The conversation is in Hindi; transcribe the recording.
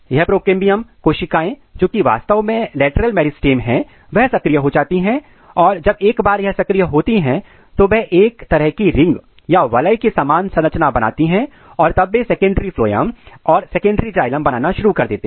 यह प्रोकेंबियम कोशिकाएं जो कि वास्तव में लैटरल मेरिस्टम है वह सक्रिय हो जाती हैं और जब एक बार यह सक्रिय होती हैं तो वह एक तरह की रिंग या वलय के समान संरचना बनाती हैं और तब वे सेकेंडरी फ्लोयम और सेकेंडरी जाइलम बनाना शुरु कर देते हैं